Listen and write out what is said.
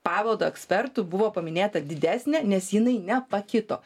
paveldo ekspertų buvo paminėta didesnė nes jinai nepakito